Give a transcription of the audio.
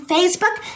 Facebook